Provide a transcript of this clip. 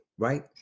Right